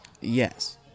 Yes